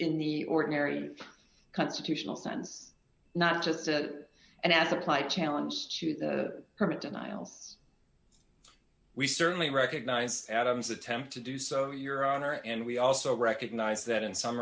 in the ordinary constitutional sense not just that and as applied challenges to the current denials we certainly recognize adam's attempt to do so your honor and we also recognize that in some